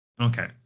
okay